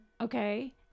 Okay